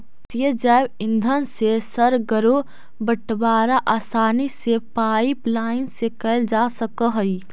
गैसीय जैव ईंधन से सर्गरो बटवारा आसानी से पाइपलाईन से कैल जा सकऽ हई